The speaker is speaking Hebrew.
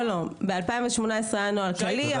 לא, ב-2018 היה נוהל כללי.